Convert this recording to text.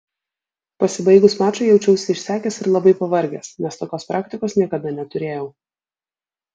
pasibaigus mačui jaučiausi išsekęs ir labai pavargęs nes tokios praktikos niekada neturėjau